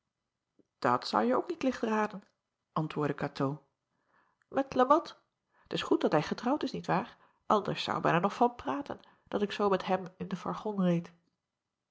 at zouje ook niet licht raden antwoordde atoo met e at t s goed dat hij getrouwd is niet waar anders zou men er nog van praten dat ik zoo met hem in den fargon reed